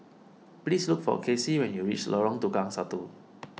please look for Kacie when you reach Lorong Tukang Satu